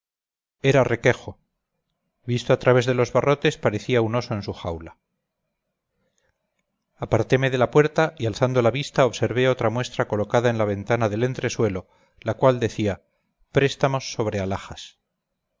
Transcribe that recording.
era requejo visto al través de los barrotes parecía un oso en su jaula aparteme de la puerta y alzando la vista observé otra muestra colocada en la ventana del entresuelo la cual decía préstamos sobre alhajas